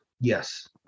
Yes